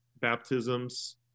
baptisms